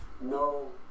no